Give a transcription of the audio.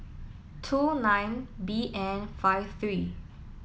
two nine B N five three